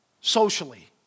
socially